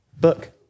book